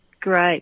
Great